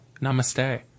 namaste